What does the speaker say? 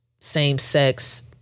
same-sex